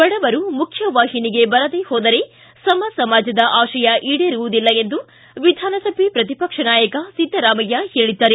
ಬಡವರು ಮುಖ್ಯವಾಹಿನಿಗೆ ಬರದೇ ಹೋದರೆ ಸಮ ಸಮಾಜದ ಆಶಯ ಈಡೇರುವುದಿಲ್ಲ ಎಂದು ವಿಧಾನಸಭೆ ಪ್ರತಿಪಕ್ಷ ನಾಯಕ ಸಿದ್ದರಾಮಯ್ಯ ಹೇಳಿದ್ದಾರೆ